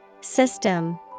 System